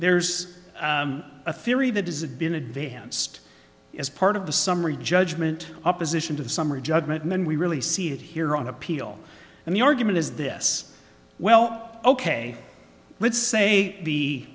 there's a theory that has it been advanced as part of the summary judgment opposition to the summary judgment and we really see it here on appeal and the argument is this well ok let's say